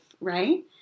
right